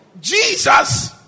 Jesus